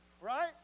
right